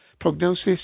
prognosis